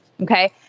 Okay